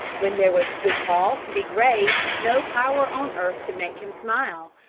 when there was good cause to be grave, no power on earth could make him smile.